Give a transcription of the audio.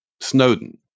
Snowden